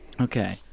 okay